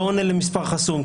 לא עונה למספר חסום,